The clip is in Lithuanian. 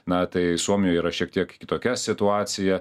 na tai suomijoj yra šiek tiek kitokia situacija